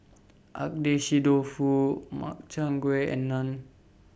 Agedashi Dofu Makchang Gui and Naan